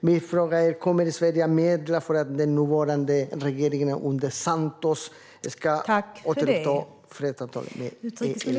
Min fråga är: Kommer Sverige att medla så att den nuvarande regeringen under Santos återupptar fredsförhandlingarna med ELN?